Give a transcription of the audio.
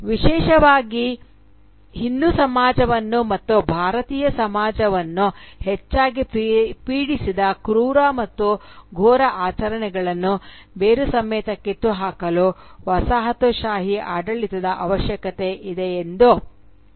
ವಿಶೇಷವಾಗಿ ಹಿಂದೂ ಸಮಾಜವನ್ನು ಮತ್ತು ಭಾರತೀಯ ಸಮಾಜವನ್ನು ಹೆಚ್ಚಾಗಿ ಪೀಡಿಸಿದ ಕ್ರೂರ ಮತ್ತು ಘೋರ ಆಚರಣೆಗಳನ್ನು ಬೇರು ಸಮೇತ ಕಿತ್ತುಹಾಕಲು ವಸಾಹತುಶಾಹಿ ಆಡಳಿತದ ಅವಶ್ಯಕತೆ ಇದೆ ಎಂದು ವಾದಿಸಿದರು